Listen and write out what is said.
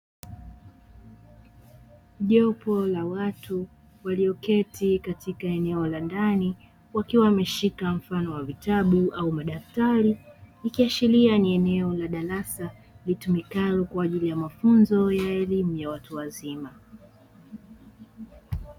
Jopo la watu walioketi katika eneo la ndani wakiwa wameshika mfano wa vitabu au madaftari, ikiashiria ni eneo la darasa litumikalo kwa ajili ya mafunzo ya elimu ya watu wazima.